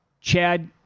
chad